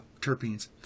terpenes